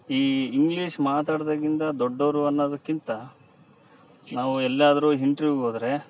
ಈ ಇಂಗ್ಲೀಷ್ ಮಾತಾಡ್ದಗಿಂದ ದೊಡ್ಡೋರು ಅನ್ನೋದಕ್ಕಿಂತ ನಾವು ಎಲ್ಲಿಯಾದ್ರು ಇಂಟ್ರೀವ್ಗ್ ಹೋದರೆ